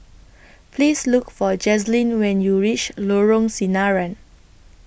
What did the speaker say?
Please Look For Jazlynn when YOU REACH Lorong Sinaran